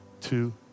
two